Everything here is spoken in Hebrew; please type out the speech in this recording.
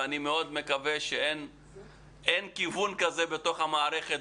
ואני מקווה שאין כיוון כזה במערכת.